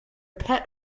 pet